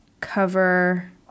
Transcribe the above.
cover